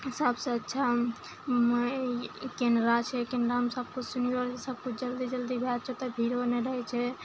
सबसे अच्छा ई केनरा छै केनरामे सबकिछु सुनियो सबकिछु जल्दी जल्दी भऽ जाय ओते भीड़ों नहि रहै छै